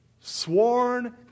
sworn